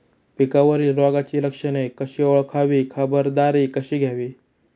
पिकावरील रोगाची लक्षणे कशी ओळखावी, खबरदारी कशी घ्यावी?